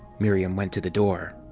miriam went to the door.